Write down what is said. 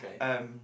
Okay